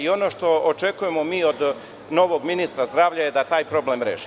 Ono što očekujemo mi od novog ministra zdravlja je da taj problem reši.